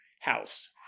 house